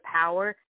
power